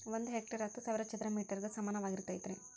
ಒಂದ ಹೆಕ್ಟೇರ್ ಹತ್ತು ಸಾವಿರ ಚದರ ಮೇಟರ್ ಗ ಸಮಾನವಾಗಿರತೈತ್ರಿ